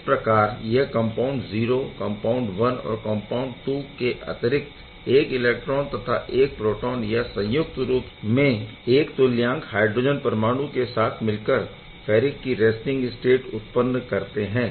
इस प्रकार यह कम्पाउण्ड 0 कम्पाउण्ड 1 और कम्पाउण्ड 2 के अतिरिक्त एक इलेक्ट्रॉन तथा एक प्रोटोन या संयुक्त रूप में एक तुल्यांक हायड्रोजन परमाणु के साथ मिलकर फैरिक की रैस्टिंग स्टेट उत्पन्न करते है